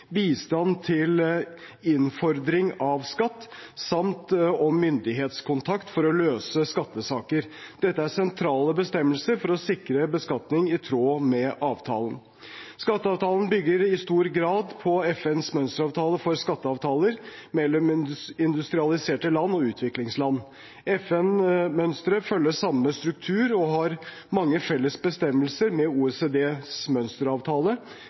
bistand til innfordring av skatt, samt om myndighetskontakt for å løse skattesaker. Dette er sentrale bestemmelser for å sikre beskatning i tråd med avtalen. Skatteavtalen bygger i stor grad på FNs mønsteravtale for skatteavtaler mellom industrialiserte land og utviklingsland. FN-mønsteret følger samme struktur og har mange felles bestemmelser med OECDs mønsteravtale,